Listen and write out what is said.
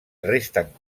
resten